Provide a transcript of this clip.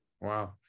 Wow